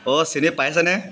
অঁ চিনি পাইছে নে